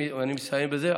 אני מסיים בזה.